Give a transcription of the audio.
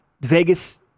Vegas